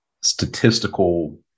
statistical